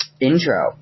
Intro